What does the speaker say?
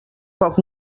poc